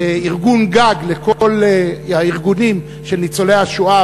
כארגון גג לכל הארגונים של ניצולי השואה,